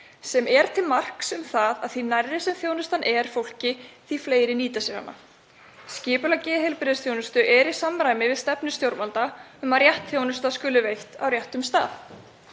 sem er til marks um það að því nærri sem þjónustan er fólki, því fleiri nýta sér hana. Skipulag geðheilbrigðisþjónustu er í samræmi við stefnu stjórnvalda um að rétt þjónusta skuli veitt á réttum stað.